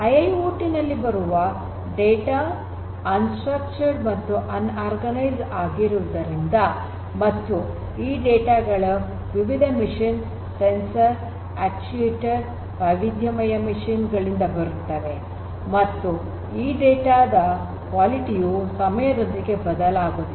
IIoT ನಲ್ಲಿ ಬರುವ data unstructured ಮತ್ತು ಅನ್ ಆರ್ಗನೈಜ್ಡ್ ಆಗಿರುವುದರಿಂದಮತ್ತು ಈ ಡೇಟಾ ಗಳು ವಿವಿಧ ಯಂತ್ರ ಸಂವೇದಕ ಅಕ್ಟುಏಟರ್ ವೈವಿಧ್ಯಮಯ ಯಂತ್ರಗಳಿಂದ ಬರುತ್ತವೆ ಮತ್ತು ಈ ಡೇಟಾ ದ ಗುಣಮಟ್ಟಯು ಸಮಯದೊಂದಿಗೆ ಬದಲಾಗುತ್ತದೆ